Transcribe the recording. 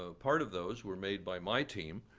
ah part of those, were made by my team.